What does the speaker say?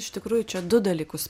iš tikrųjų čia du dalykus